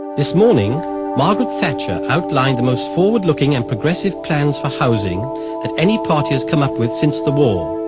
this morning margaret thatcher outlined the most forward-looking and progressive plans for housing that any party has come up with since the war.